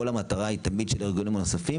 כל המטרה היא תמיד של ארגונים נוספים,